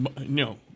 no